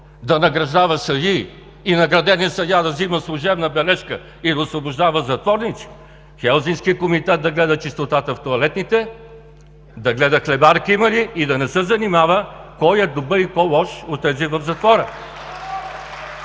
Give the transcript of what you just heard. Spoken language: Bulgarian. да награждава съдии и награденият съдия да взема служебна бележка и да освобождава затворници?! Хелзинкски комитет да гледа чистотата в тоалетните, да гледа хлебарки има ли и да не се занимава кой е добър и по-лош от тези в затвора!